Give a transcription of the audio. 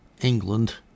England